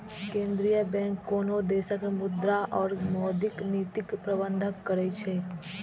केंद्रीय बैंक कोनो देशक मुद्रा और मौद्रिक नीतिक प्रबंधन करै छै